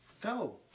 Go